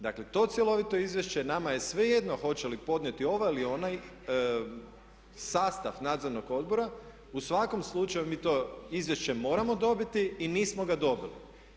Dakle, to cjelovito izvješće nama je svejedno hoće li podnijeti ova ili ona, sastav nadzornog odbora, u svakom slučaju mi to izvješće moramo dobiti i nismo ga dobili.